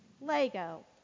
Lego